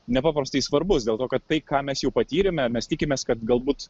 nepaprastai svarbus dėl to kad tai ką mes jau patyrėme mes tikimės kad galbūt